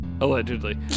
Allegedly